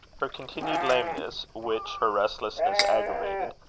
her continued lameness, which her restlessness aggravated,